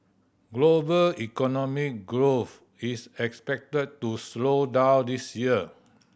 global economic growth is expected to slow down this year